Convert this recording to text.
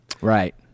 Right